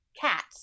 cats